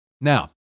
Now